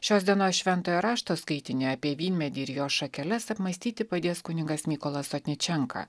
šios dienos šventojo rašto skaitinį apie vynmedį ir jo šakeles apmąstyti padės kunigas mykolas sotničenka